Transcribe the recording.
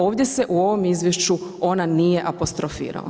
Ovdje se u ovom izvješću ona nije apostrofirala.